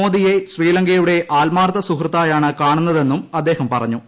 മോദിയെ ശ്രീലങ്കയുടെ ആത്മാർത്ഥ സുഹൃത്തായാണു കാണുന്നതെന്നും അദ്ദേഹം പറഞ്ഞു